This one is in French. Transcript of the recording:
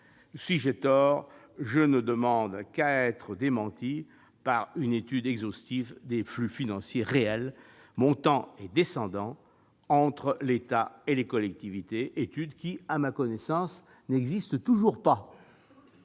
Si j'ai tort, je ne demande qu'à être démenti par une étude exhaustive des flux financiers réels montants comme descendants entre l'État et les collectivités, étude qui, à ma connaissance, n'existe toujours pas.